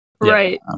Right